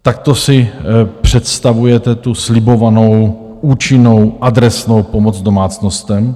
Takto si představujete tu slibovanou účinnou adresnou pomoc domácnostem?